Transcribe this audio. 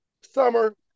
summer